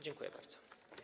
Dziękuję bardzo.